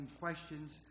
questions